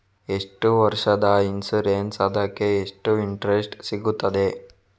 ಎಷ್ಟು ವರ್ಷದ ಇನ್ಸೂರೆನ್ಸ್ ಅದಕ್ಕೆ ಎಷ್ಟು ಇಂಟ್ರೆಸ್ಟ್ ಸಿಗುತ್ತದೆ?